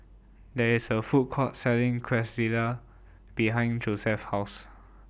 There IS A Food Court Selling Quesadillas behind Josef's House